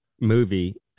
movie